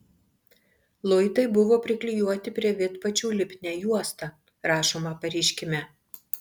luitai buvo priklijuoti prie vidpadžių lipnia juosta rašoma pareiškime